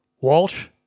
Walsh